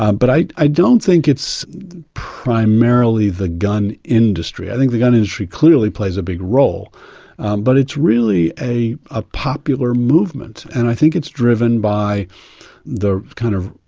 um but i i don't think it's primarily the gun industry. i think the gun industry clearly plays a big role but it's really a a popular movement, and i think it's driven by the, kind of,